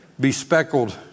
bespeckled